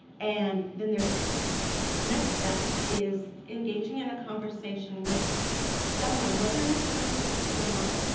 and then there's next step is engaging in a conversation with someone, whether it's a real person or not,